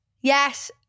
Yes